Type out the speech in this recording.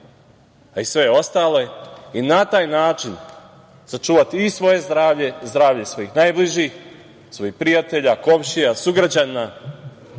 a i sve ostale, i na taj način sačuvati i svoje zdravlje, zdravlje svojih najbližih, svojih prijatelja, komšija, sugrađana,